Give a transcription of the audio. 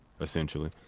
essentially